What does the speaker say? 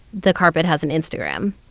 the carpet has an instagram,